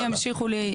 ימשיכו.